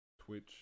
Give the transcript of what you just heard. Twitch